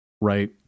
Right